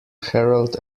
herald